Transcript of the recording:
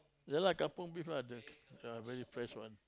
ya lah kampung beef lah the the very impress one